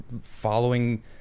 following